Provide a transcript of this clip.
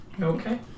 Okay